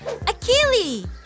Achilles